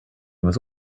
was